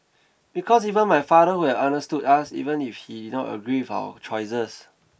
because even my father would have understood us even if he did not agree with our choices